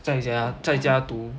在家在家读